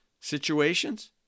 situations